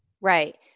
Right